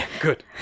Good